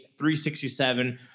367